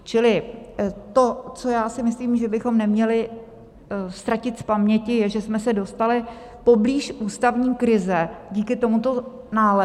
Čili to, co já si myslím, že bychom neměli ztratit z paměti, je, že jsme se dostali poblíž ústavní krize díky tomuto nálezu.